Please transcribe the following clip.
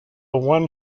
one